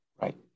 Right